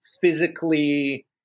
physically